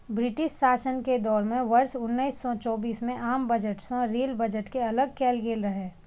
British शासन के दौर मे वर्ष उन्नैस सय चौबीस मे आम बजट सं रेल बजट कें अलग कैल गेल रहै